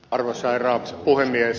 arvoisa herra puhemies